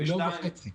מיליון וחצי.